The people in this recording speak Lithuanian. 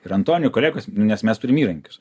ir antonijų kolegos nes mes turim įrankius